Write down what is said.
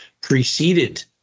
preceded